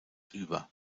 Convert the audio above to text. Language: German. über